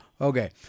Okay